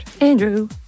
Andrew